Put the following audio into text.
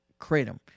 kratom